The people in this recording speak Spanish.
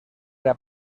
era